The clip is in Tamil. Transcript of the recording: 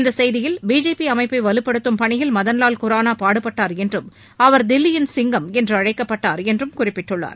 இச்செய்தியில் பிஜேபி அமைப்பை வலுப்படுத்தும் பணியில் மதன்வால் குரானா பாடுபட்டார் என்றும் அவர் தில்லியின் சிங்கம் என்று அழைக்கப்பட்டார் என்றும் குறிப்பிட்டுள்ளார்